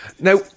Now